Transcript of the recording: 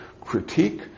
critique